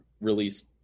released